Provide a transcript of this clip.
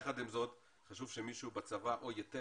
יחד עם זאת, חשוב שמישהו בצבא או יתד